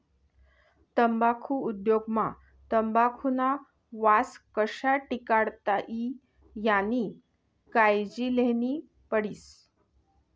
तम्बाखु उद्योग मा तंबाखुना वास कशा टिकाडता ई यानी कायजी लेन्ही पडस